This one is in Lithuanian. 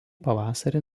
pavasarį